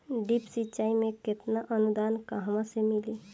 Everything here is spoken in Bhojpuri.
ड्रिप सिंचाई मे केतना अनुदान कहवा से मिली?